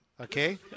Okay